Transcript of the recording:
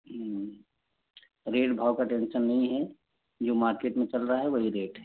rate भाव का tension नहीं है जो मार्केट में चल रहा वही रेट है